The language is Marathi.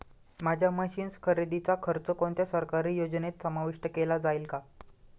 माझ्या मशीन्स खरेदीचा खर्च कोणत्या सरकारी योजनेत समाविष्ट केला जाईल का?